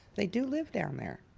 they do live down there.